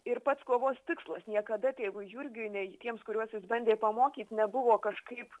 ir pats kovos tikslas niekada tėvui jurgiui nei tiems kuriuos jis bandė pamokyt nebuvo kažkaip